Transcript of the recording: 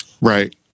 Right